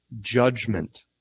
judgment